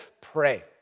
pray